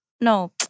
No